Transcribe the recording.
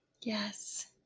Yes